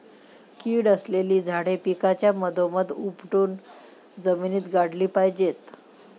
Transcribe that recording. कीड असलेली झाडे पिकाच्या मधोमध उपटून जमिनीत गाडली पाहिजेत